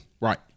Right